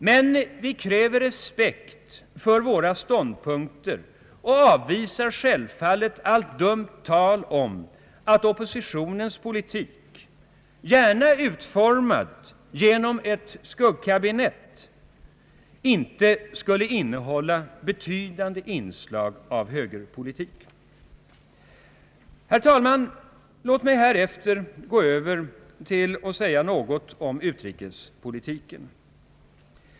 Men vi kräver respekt för våra ståndpunkter och avvisar självfallet allt dumt tal om att oppositionens politik — gärna utformad genom ett skuggkabinett — inte skulle innehålla betydande inslag av högerpolitik. Herr talman! Låt mig härefter gå över till att säga något om utrikespolitiken.